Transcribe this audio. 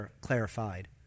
clarified